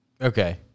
Okay